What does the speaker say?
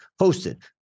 hosted